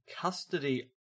custody